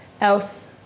else